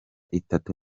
itatu